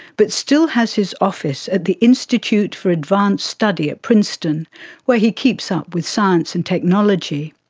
but still has his office at the institute for advanced study at princeton where he keeps up with science and technology.